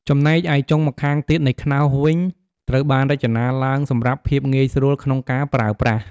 ចំណែកឯចុងម្ខាងទៀតនៃខ្នោសវិញ ត្រូវបានរចនាឡើងសម្រាប់ភាពងាយស្រួលក្នុងការប្រើប្រាស់។